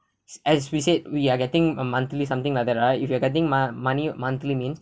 as we said we are getting a monthly something like that right if you're getting mo~ money monthly means